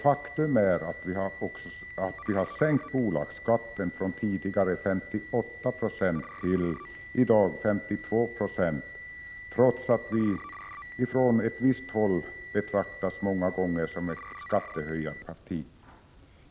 Faktum är också att bolagsskatten har sänkts från tidigare 58 9 till i dag 52 Jo — trots att socialdemokraterna på vissa håll många gånger betraktas som ett skattehöjarparti.